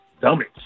dummies